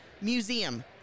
museum